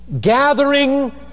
gathering